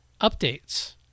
updates